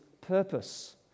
purpose